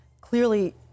clearly